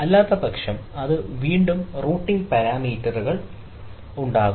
അല്ലാത്തപക്ഷം അത് വീണ്ടും റൂട്ടിംഗ് പാരാമീറ്ററുകൾ ഉണ്ടാകും